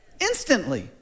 Instantly